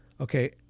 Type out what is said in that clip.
Okay